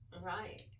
right